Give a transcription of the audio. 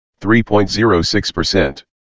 3.06%